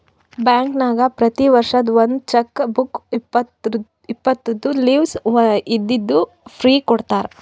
ಬ್ಯಾಂಕ್ನಾಗ್ ಪ್ರತಿ ವರ್ಷ ಒಂದ್ ಚೆಕ್ ಬುಕ್ ಇಪ್ಪತ್ತು ಲೀವ್ಸ್ ಇದ್ದಿದ್ದು ಫ್ರೀ ಕೊಡ್ತಾರ